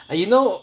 you know